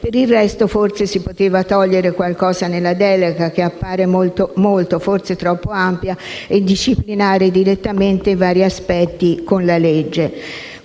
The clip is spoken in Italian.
Per il resto, forse, si poteva togliere qualcosa nella delega, che appare molto, forse troppo, ampia e disciplinare direttamente i vari aspetti con la legge.